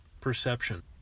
perception